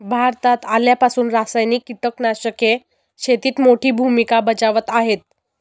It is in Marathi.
भारतात आल्यापासून रासायनिक कीटकनाशके शेतीत मोठी भूमिका बजावत आहेत